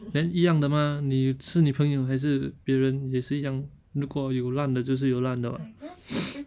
then 一样的吗你吃你朋友还是别人也是一样如果有烂的就是有烂的 [what]